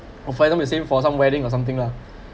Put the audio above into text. or finally save for some wedding or something lah